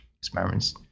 experiments